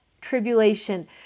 tribulation